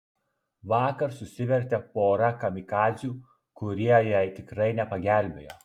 vakar susivertė porą kamikadzių kurie jai tikrai nepagelbėjo